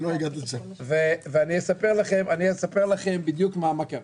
אני אספר לכם בדיוק מה קרה.